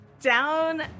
Down